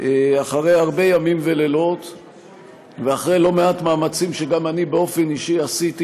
אחרי הרבה ימים ולילות ואחרי לא מעט מאמצים שגם אני באופן אישי עשיתי,